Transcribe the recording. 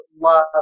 love